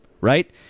right